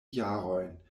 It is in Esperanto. jarojn